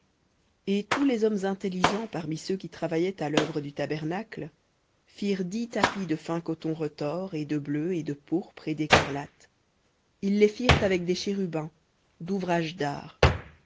et tous les hommes intelligents parmi ceux qui travaillaient à l'œuvre du tabernacle firent dix tapis de fin coton retors et de bleu et de pourpre et d'écarlate ils les firent avec des chérubins d'ouvrage d'art